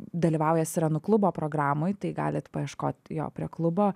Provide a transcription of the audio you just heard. dalyvauja sirenų klubo programoj tai galit paieškot jo prie klubo